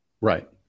Right